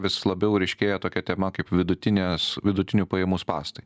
vis labiau ryškėja tokia tema kaip vidutinės vidutinių pajamų spąstai